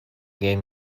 gave